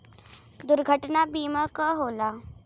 दुर्घटना बीमा का होला?